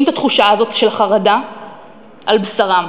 את התחושה הזאת של החרדה על בשרם.